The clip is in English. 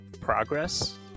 progress